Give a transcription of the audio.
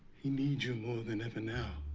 he needs you more than ever now.